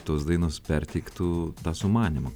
tos dainos perteiktų tą sumanymą